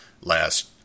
last